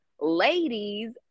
ladies